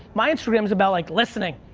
my instagram's about, like, listening.